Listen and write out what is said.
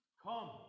Come